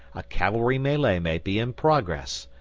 a cavalry melee may be in progress,